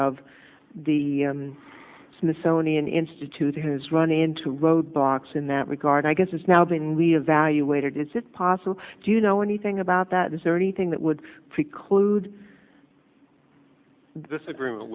of the smithsonian institute has run into roadblocks in that regard i guess is now being we evaluated is it possible do you know anything about that is there anything that would preclude this agreement